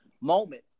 moment